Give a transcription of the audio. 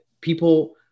people –